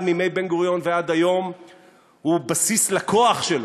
מימי בן-גוריון ועד היום הוא בסיס לכוח שלו,